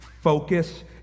focus